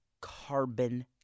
carbon